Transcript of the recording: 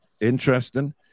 Interesting